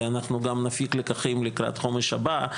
ואנחנו גם נפיק לקחים לקראת החומש הבא.